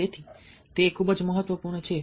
તેથી તે ખૂબ જ મહત્વપૂર્ણ છે